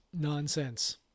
nonsense